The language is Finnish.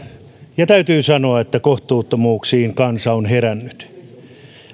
ja täytyy sanoa että kohtuuttomuuksiin kansa on herännyt